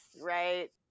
right